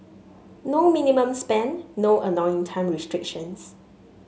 no minimum spend no annoying time restrictions